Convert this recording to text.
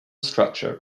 structure